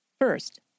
First